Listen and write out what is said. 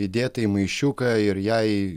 įdėta į maišiuką ir jai